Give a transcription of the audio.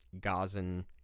gazan